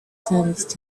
sensed